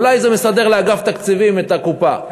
אולי זה מסדר לאגף התקציבים את הקופה.